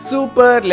Super